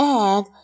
egg